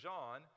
John